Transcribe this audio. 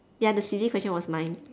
ya the silly question was mine